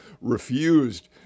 refused